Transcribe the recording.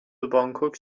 بانکوک